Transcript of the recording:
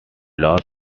lost